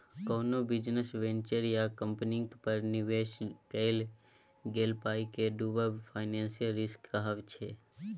कोनो business venture या कंपनीक पर निबेश कएल गेल पाइ केर डुबब फाइनेंशियल रिस्क कहाबै छै